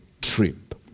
trip